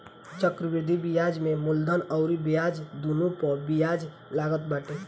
चक्रवृद्धि बियाज में मूलधन अउरी ब्याज दूनो पअ बियाज लागत बाटे